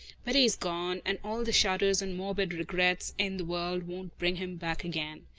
but he's gone, and all the shudders and morbid regrets in the world won't bring him back again.